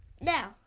Now